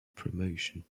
promotion